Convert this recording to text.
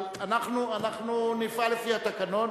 אנחנו נפעל לפי התקנון.